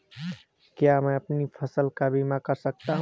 क्या मैं अपनी फसल का बीमा कर सकता हूँ?